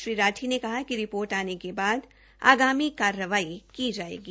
श्री राठी ने कहा कि रिपोर्ट आने के बाद आगामी कार्रवाई की जायेगी